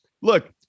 look